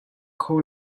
kho